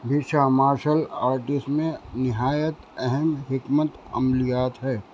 بھیشا martial arts میں نہایت اہم حکمت عملیات ہے